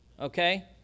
okay